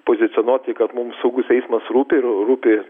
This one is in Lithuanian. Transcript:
pozicionuoti kad mums saugus eismas rūpi rūpi